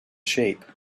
shape